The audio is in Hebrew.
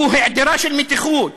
שהוא היעדר של מתיחות,